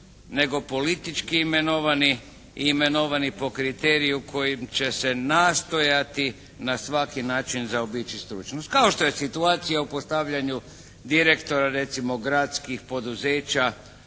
nego politički imenovati i imenovani po kriteriju kojim će se nastojati na svaki način zaobići stručnost. Kao što je situacija u postavljanju direktora recimo gradskih poduzeća